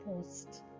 post